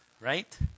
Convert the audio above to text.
right